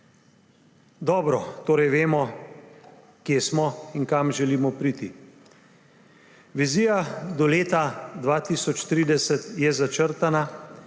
Dobro, torej vemo, kje smo in kam želimo priti. Vizija do leta 2030 je začrtana